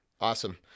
Awesome